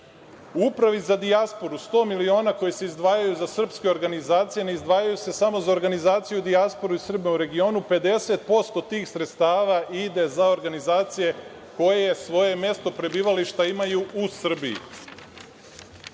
Upravi za dijasporu 100.000.000 koji se izdvajaju za srpske organizacije, ne izdvajaju se samo za organizaciju dijasporu Srba u regionu, 50% tih sredstava ide za organizacije koje svoje mesto prebivališta imaju u Srbiji.U